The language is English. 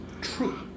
true